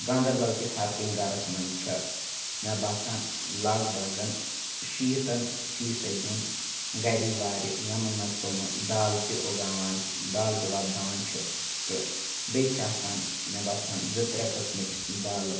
گاندَربَلکِس ہَرکُنہِ گَرَس منٛز چھےٚ مےٚ باسان لگ بگَن شیٖتَن فیٖصٕدیَن گَری وارِ یَمَن منٛز تم دالہِ تہِ اُگاوان دالہِ تہِ وۄپداوان چھِ تہٕ بیٚیہِ چھِ آسان مےٚ باسان زٕ ترٛےٚ قٕسمٕچ دالہٕ